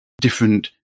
different